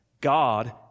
God